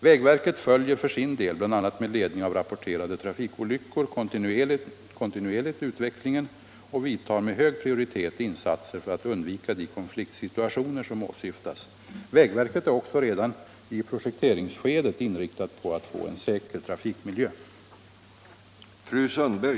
Vägverket följer för sin del — bl.a. med ledning av rapporterade trafikolyckor — kontinuerligt utvecklingen och vidtar med hög prioritet insatser för att undvika de kon fliktsituationer som åsyftas. Vägverket är också redan i projekterings Nr 135 skedet inriktat på att få en säker trafikmiljö. Måndagen den